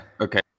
Okay